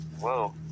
Whoa